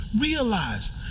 realize